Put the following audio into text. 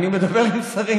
אני מדבר עם שרים,